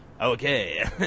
okay